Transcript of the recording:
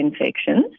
infections